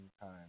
time